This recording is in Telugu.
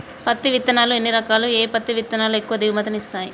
పత్తి విత్తనాలు ఎన్ని రకాలు, ఏ పత్తి విత్తనాలు ఎక్కువ దిగుమతి ని ఇస్తాయి?